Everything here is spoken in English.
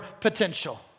potential